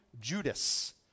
Judas